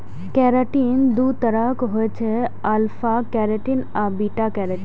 keratin दू तरहक होइ छै, अल्फा केराटिन आ बीटा केराटिन